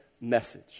message